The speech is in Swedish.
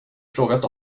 frågat